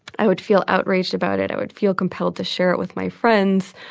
i would feel outraged about it, i would feel compelled to share it with my friends.